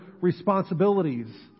responsibilities